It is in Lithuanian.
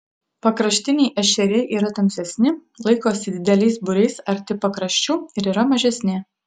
pakraštiniai ešeriai yra tamsesni laikosi dideliais būriais arti pakraščių ir yra mažesni